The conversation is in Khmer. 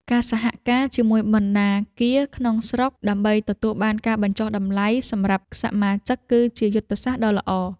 ការសហការជាមួយបណ្ណាគារក្នុងស្រុក ដើម្បីទទួលបានការបញ្ចុះតម្លៃសម្រាប់សមាជិក គឺជាយុទ្ធសាស្ត្រដ៏ល្អ។